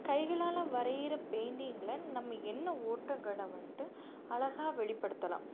கைகளால் வரைகிற பெயிண்டிங்ல நம்ம எண்ண ஓட்டங்களை வந்துட்டு அழகா வெளிப்படுத்தலாம்